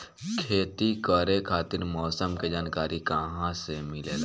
खेती करे खातिर मौसम के जानकारी कहाँसे मिलेला?